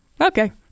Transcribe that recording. okay